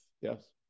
Yes